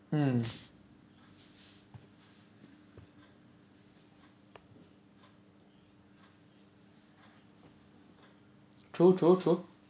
mm true true true